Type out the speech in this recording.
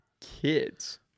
kids